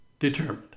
determined